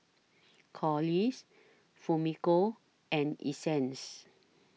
Corliss Fumiko and Essence